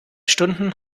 stunden